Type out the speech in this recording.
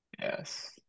yes